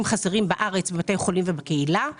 חסרים בבתי חולים ובקהילה ברחבי הארץ.